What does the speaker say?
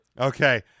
Okay